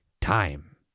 time